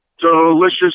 delicious